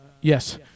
Yes